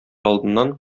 алдыннан